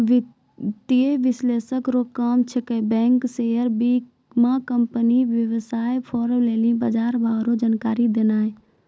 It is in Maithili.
वित्तीय विश्लेषक रो काम छिकै बैंक शेयर बीमाकम्पनी वेवसाय फार्म लेली बजारभाव रो जानकारी देनाय